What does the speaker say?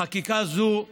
לחקיקה זו היו,